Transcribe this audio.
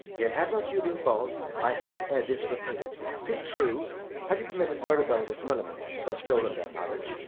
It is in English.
yet, had not you been false i had e'er this repaid it. tis true had you permitted mirabell with millamant to have stolen their marriage,